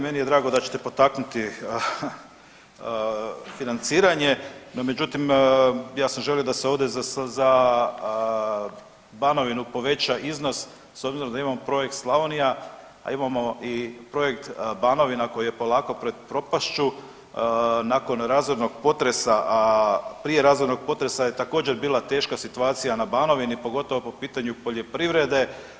Meni je drago da ćete potaknuti financiranje no međutim ja sam želio da se ovdje za Banovinu poveća iznos s obzirom da imamo projekt Slavonija, a imamo i projekt Banovina koji je polako pred propašću nakon razornog potresa, a prije razornog potresa je također bila teška situacija na Banovini pogotovo po pitanju poljoprivrede.